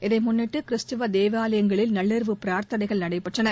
இதை முன்னிட்டு கிறிஸ்தவ தேவாலயங்களில் நள்ளிரவு பிராா்த்தனைகள் நடைபெற்றன